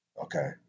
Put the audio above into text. Okay